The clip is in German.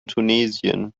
tunesien